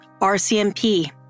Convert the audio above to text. RCMP